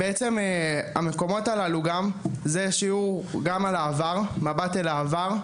המקומות האלה הם שיעור שמספק מבט על העבר,